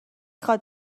خواد